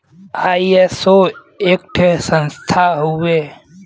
ISO एक ठे संस्था हउवे